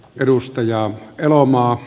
edustaja elomaa